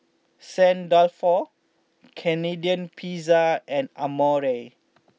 Saint Dalfour Canadian Pizza and Amore